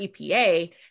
EPA